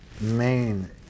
main